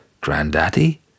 Granddaddy